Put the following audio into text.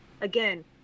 Again